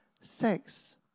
sex